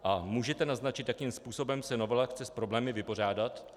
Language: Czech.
A můžete naznačit, jakým způsobem se chce novela s problémy vypořádat?